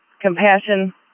compassion